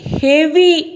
heavy